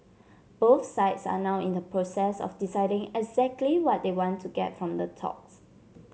both sides are now in the process of deciding exactly what they want to get from the talks